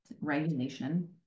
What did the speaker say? regulation